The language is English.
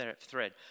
thread